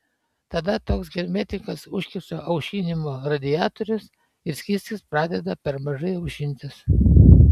tada toks hermetikas užkiša aušinimo radiatorius ir skystis pradeda per mažai aušintis